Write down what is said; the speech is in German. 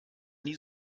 nie